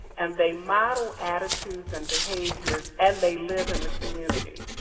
and they model attitudes and behaviors and they live in the community.